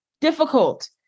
difficult